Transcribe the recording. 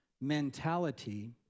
mentality